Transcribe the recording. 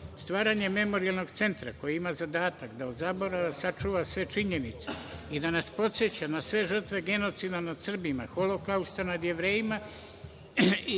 Romi. Stvaranjem Memorijalnog centra koji ima zadatak da od zaborava sačuva sve činjenice i da nas podseća na sve žrtve genocida nad Srbima, Holokausta nad Jevrejima